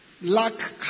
luck